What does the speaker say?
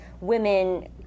women